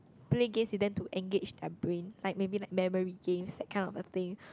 play games with them to engage their brain like maybe like memory games that kind of a thing